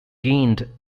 gained